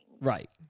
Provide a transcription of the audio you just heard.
Right